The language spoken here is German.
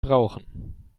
brauchen